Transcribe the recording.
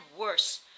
worse